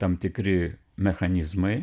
tam tikri mechanizmai